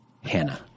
Hannah